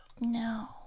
No